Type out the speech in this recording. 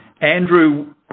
Andrew